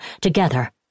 together